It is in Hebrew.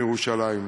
מירושלים.